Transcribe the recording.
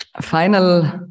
final